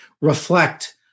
reflect